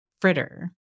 fritter